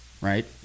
right